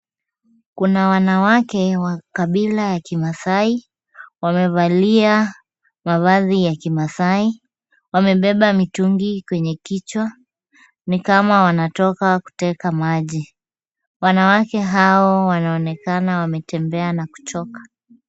Kuna wanawake ya kabila ya Kimaasai wamevalia mavazi ya Kimaasai. Wamebeba mitungi kwenye kichwa ni kama wanatoka kuteka maji. Wanawake hao wanaonekana wametembea na kuchoka.